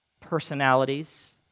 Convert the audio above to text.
personalities